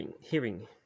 hearing